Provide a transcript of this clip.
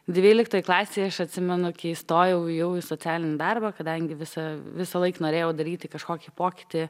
dvyliktoj klasėj aš atsimenu kai įstojau jau į socialinį darbą kadangi visa visąlaik norėjau daryti kažkokį pokytį